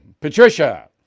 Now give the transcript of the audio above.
Patricia